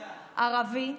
ערבי,